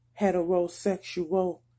heterosexual